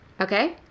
Okay